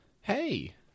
Hey